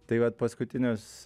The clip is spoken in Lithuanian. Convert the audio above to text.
tai vat paskutinius